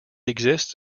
exists